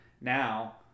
Now